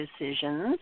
decisions